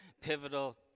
pivotal